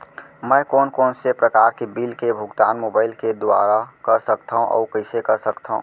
मैं कोन कोन से प्रकार के बिल के भुगतान मोबाईल के दुवारा कर सकथव अऊ कइसे कर सकथव?